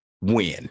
win